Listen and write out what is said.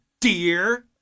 dear